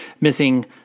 missing